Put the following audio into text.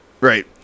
right